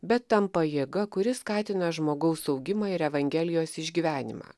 bet tampa jėga kuri skatina žmogaus augimą ir evangelijos išgyvenimą